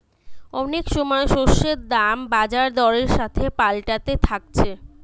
অনেক সময় শস্যের দাম বাজার দরের সাথে পাল্টাতে থাকছে